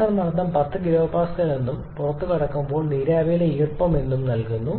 condenser മർദ്ദം 10 kPa എന്നും പുറത്തുകടക്കുമ്പോൾ നീരാവിയിലെ ഈർപ്പം എന്നും നൽകുന്നു